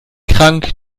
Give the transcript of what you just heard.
krank